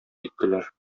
киттеләр